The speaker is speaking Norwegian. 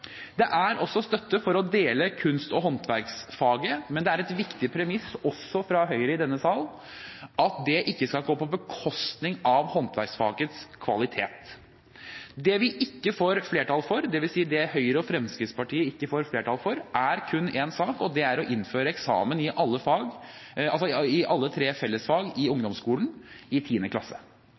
Det er også støtte for å dele kunst- og håndverksfaget, men det er et viktig premiss, også fra Høyre i denne sal, at det ikke skal gå på bekostning av håndverksfagets kvalitet. Det vi ikke får flertall for, dvs. det Høyre og Fremskrittspartiet ikke får flertall for, er kun én sak, og det er å innføre eksamen i alle tre fellesfag i ungdomsskolen i 10. klasse.